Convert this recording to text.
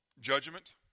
Judgment